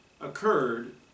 occurred